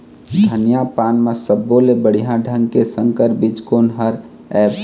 धनिया पान म सब्बो ले बढ़िया ढंग के संकर बीज कोन हर ऐप?